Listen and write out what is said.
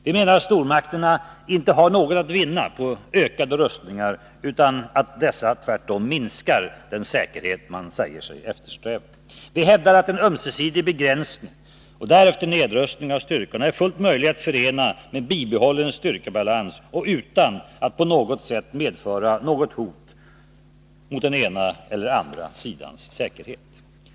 Vi menar att stormakterna inte har något att vinna på ökade rustningar utan att dessa tvärtom minskar den säkerhet man säger sig eftersträva. Vi hävdar att en ömsesidig begränsning och därefter nedrustning av styrkorna är fullt möjlig att förena med bibehållen styrkebalans och utan att på något sätt medföra något hot mot den ena eller den andra sidans säkerhet.